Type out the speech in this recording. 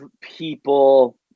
people